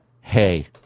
hey